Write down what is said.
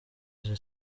izi